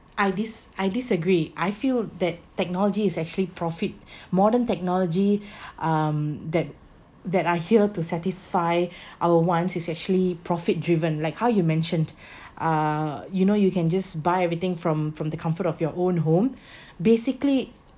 I dis~ I disagree I feel that technology is actually profit modern technology um that that are here to satisfy our wants is actually profit driven like how you mentioned uh you know you can just buy everything from from the comfort of your own home basically